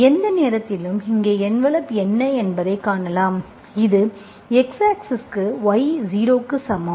எந்த நேரத்திலும் இங்கே என்வெலப் என்ன என்பதை காணலாம் இது x ஆக்ஸிஸ்க்கு y 0 க்கு சமம்